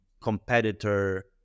competitor